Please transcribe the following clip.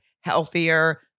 healthier